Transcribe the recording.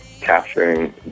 capturing